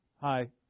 hi